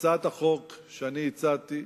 הצעת החוק שאני הצעתי,